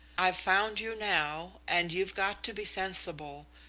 i've found you now, and you've got to be sensible.